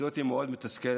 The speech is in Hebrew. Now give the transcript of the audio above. המציאות היא מאוד מתסכלת,